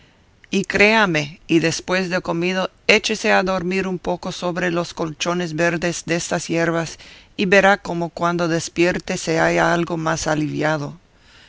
y créame y después de comido échese a dormir un poco sobre los colchones verdes destas yerbas y verá como cuando despierte se halla algo más aliviado